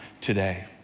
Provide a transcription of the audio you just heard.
today